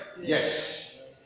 Yes